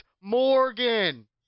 Morgan